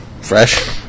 Fresh